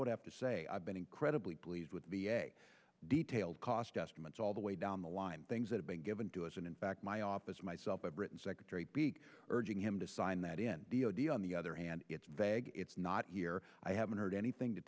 would have to say i've been incredibly pleased with be a detailed cost estimates all the way down the line things that have been given to us and in fact my office myself i've written secretary big urging him to sign that in the on the other hand it's vague it's not here i haven't heard anything to